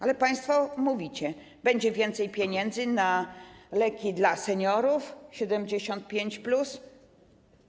Ale państwo mówicie: będzie więcej pieniędzy na leki dla seniorów 75+.